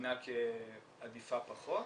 צוינה כעדיפה פחות.